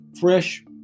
fresh